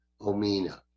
Omina